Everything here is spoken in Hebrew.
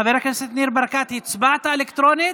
חבר הכנסת ניר ברקת, הצבעת אלקטרונית?